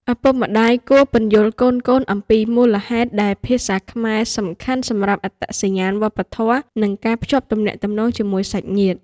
ឪពុកម្តាយគួរពន្យល់កូនៗអំពីមូលហេតុដែលភាសាខ្មែរសំខាន់សម្រាប់អត្តសញ្ញាណវប្បធម៌ និងការភ្ជាប់ទំនាក់ទំនងជាមួយសាច់ញាតិ។